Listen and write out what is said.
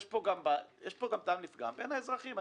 יש פה טעם לפגם ויצירת פער בין האזרחים.